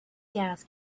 gas